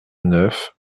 neuf